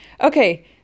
okay